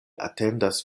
atendas